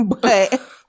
but-